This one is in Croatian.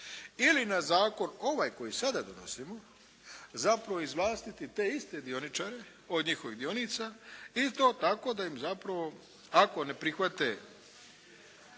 ili na Zakon ovaj koji sada donosimo, zapravo izvlastiti te iste dioničare od njihovih dionica i to tako da im zapravo ako ne prihvate